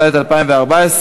התשע"ד 2014,